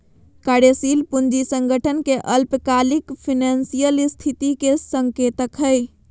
कार्यशील पूंजी संगठन के अल्पकालिक फाइनेंशियल स्थिति के संकेतक हइ